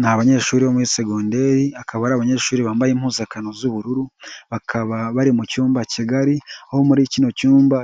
Ni abanyeshuri bo muri segonderi akaba ari abanyeshuri bambaye impuzankano z'ubururu bakaba bari mu cyumba kigari, aho muri kino cyumba